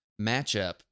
matchup